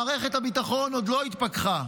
מערכת הביטחון עוד לא התפכחה.